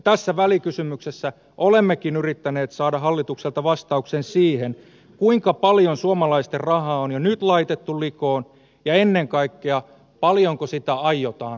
tässä välikysymyksessä olemmekin yrittäneet saada hallitukselta vastauksen siihen kuinka paljon suomalaisten rahaa on jo nyt laitettu likoon ja ennen kaikkea paljonko sitä aiotaan laittaa